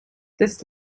this